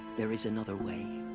there is another way.